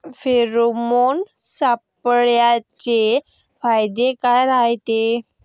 Pheromone सापळ्याचे फायदे काय रायते?